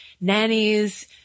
nannies